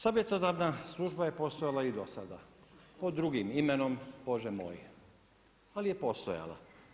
Savjetodavna služba je postajala i do sada, pod drugim imenom, Bože moj, ali je postojala.